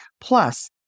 Plus